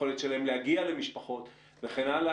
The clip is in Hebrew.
ביכולת שלהם להגיע למשפחות וכן הלאה.